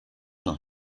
noch